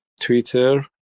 Twitter